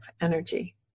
energy